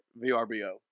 vrbo